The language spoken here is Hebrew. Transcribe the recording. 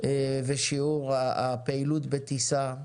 ושיעור הפעילות בטיסה.